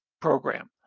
program